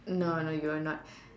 no no you are not